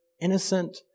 innocent